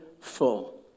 full